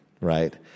right